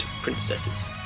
princesses